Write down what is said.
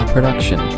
Production